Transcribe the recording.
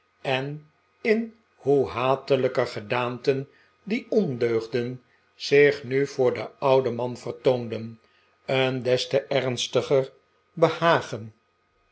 en in hoe hatelijker gedaanten die ondeugden zich nu voor den ouden man vertoonden een des te ernstiger behagen